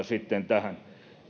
sitten tähän